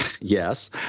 Yes